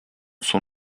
son